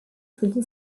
sugli